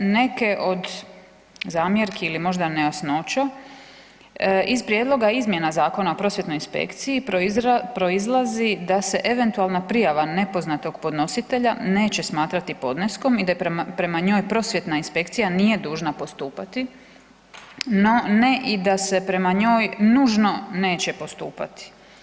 Neke od zamjerki ili možda nejasnoća iz prijedloga izmjena Zakona o prosvjetnoj inspekciji proizlazi da se eventualna prijava nepoznatog podnositelja neće smatrati podneskom i da prema njoj prosvjetna inspekcija nije dužna postupati, no ne i da se prema njoj nužno neće postupati.